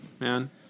man